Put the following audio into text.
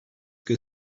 que